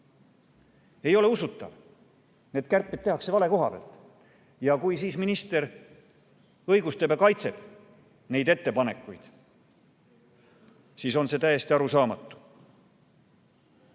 Ei ole usutav. Need kärped tehakse vale koha pealt. Kui minister õigustab ja kaitseb neid ettepanekuid, siis on see täiesti arusaamatu.